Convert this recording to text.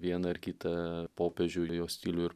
vieną ar kitą popiežių jo stilių ir